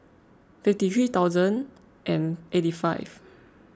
fifty three thousand and eighty five